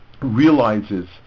realizes